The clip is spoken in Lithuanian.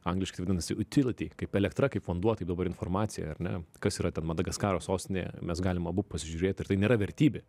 angliškai tai vadinas utility kaip elektra kaip vanduo tai dabar informacija ar ne kas yra ten madagaskaro sostinėje mes galim abu pasižiūrėti ir tai nėra vertybė